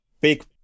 big